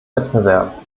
wettbewerb